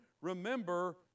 remember